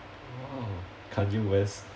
!wow! kanye west